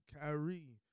Kyrie